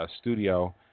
studio